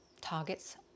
targets